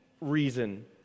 reason